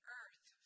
earth